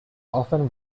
often